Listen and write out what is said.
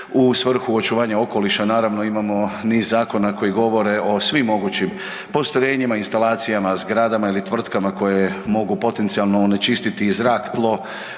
u svrhu očuvanja okoliša naravno imamo niz zakona koji govore o svim mogućim postrojenjima, instalacijama zgradama ili tvrtkama koje mogu potencijalno onečistiti i zrak, tlo,